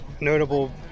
notable